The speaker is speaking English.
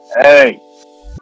Hey